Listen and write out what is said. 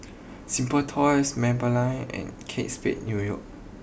Simply Toys Maybelline and Kate Spade new York